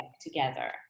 together